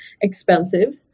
expensive